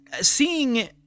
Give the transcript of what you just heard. seeing